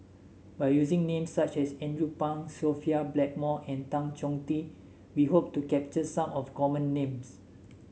by using names such as Andrew Phang Sophia Blackmore and Tan Choh Tee we hope to capture some of the common names